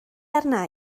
arna